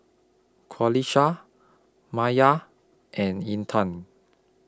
Qalisha Maya and Intan